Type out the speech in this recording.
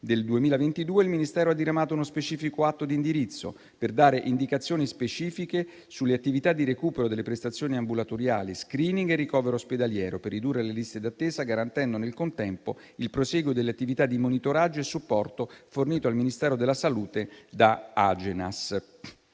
del 2022, il Ministero ha diramato uno specifico atto di indirizzo per dare indicazioni specifiche sulle attività di recupero delle prestazioni ambulatoriali, *screening* e ricovero ospedaliero, per ridurre le liste d'attesa garantendo, nel contempo, il prosieguo delle attività di monitoraggio e supporto fornito al Ministero della Salute da Agenas.